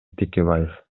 текебаев